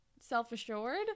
self-assured